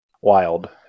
Wild